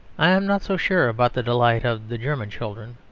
i am not so sure about the delight of the german children,